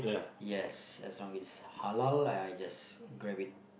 yes as long as it's halal I just grab it